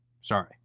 Sorry